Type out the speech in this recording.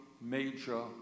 major